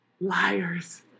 Liars